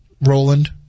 Roland